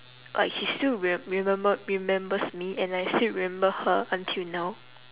like she still re~ remember remembers me and I still remember her until now